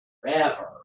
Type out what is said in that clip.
forever